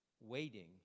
waiting